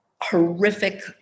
horrific